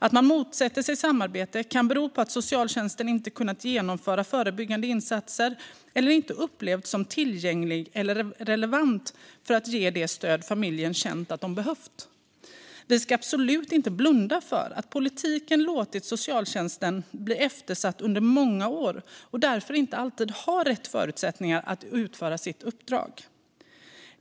Att föräldrar motsätter sig samarbete kan beror på att socialtjänsten inte har kunnat genomföra förebyggande insatser eller inte upplevts som tillgänglig eller relevant för att ge det stöd som familjer känt att de behövt. Vi ska absolut inte blunda för att politiken låtit socialtjänsten bli eftersatt under många år och att socialtjänsten därför inte alltid har rätt förutsättningar att utföra sitt uppdrag.